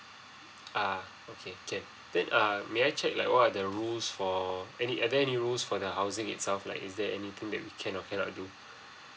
ah okay can then err may I check like what are the rules for any are there any rules for the housing itself like is there anything that we can or cannot do